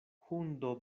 hundo